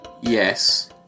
Yes